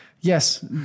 yes